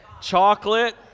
Chocolate